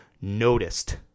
noticed